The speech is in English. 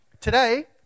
Today